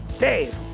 dave,